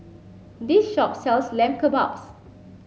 this shop sells Lamb Kebabs